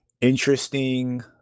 interesting